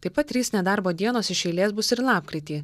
taip pat trys nedarbo dienos iš eilės bus ir lapkritį